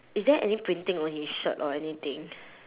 is there anything printing on his shirt or anything